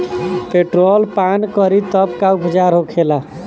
Petrol पान करी तब का उपचार होखेला?